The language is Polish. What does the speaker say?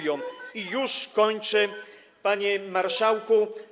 Już kończę, panie marszałku.